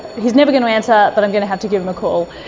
he's never going to answer but i'm going to have to give him a call.